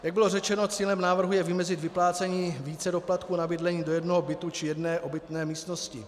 Jak bylo řečeno, cílem návrhu je vymezit vyplácení více doplatků na bydlení do jednoho bytu či jedné obytné místnosti.